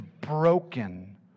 broken